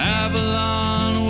avalon